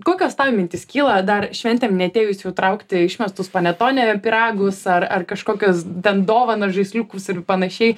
kokios tau mintis kyla dar šventėm neatėju jau traukti išmestus panetone pyragų ar ar kažkokius ten dovanas žaisliukus ir panašiai